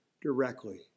directly